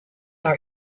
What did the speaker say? our